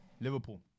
Liverpool